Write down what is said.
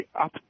up